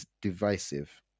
divisive